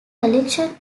collection